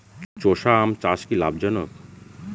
চোষা আম চাষ কি লাভজনক?